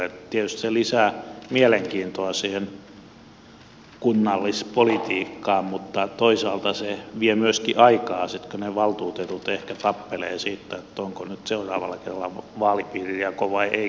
tietysti se lisää mielenkiintoa siihen kunnallispolitiikkaan mutta toisaalta se vie myöskin aikaa sitten kun ne valtuutetut ehkä tappelevat siitä onko nyt seuraavalla kerralla vaalipiirijako vai eikö ole